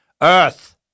Earth